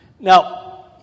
Now